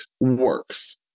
works